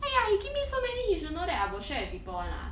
!aiya! he give me so many he should know that I will share with people [one] lah